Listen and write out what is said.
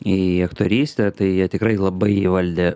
į aktorystę tai jie tikrai labai įvaldę